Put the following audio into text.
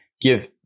give